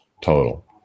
total